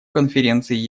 конференции